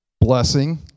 blessing